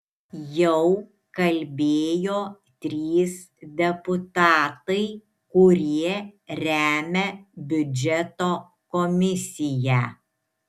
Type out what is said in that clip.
jau kalbėjo trys deputatai kurie remia biudžeto komisiją